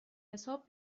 حساب